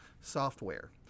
software